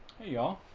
hey y'all